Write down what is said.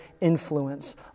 influence